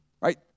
right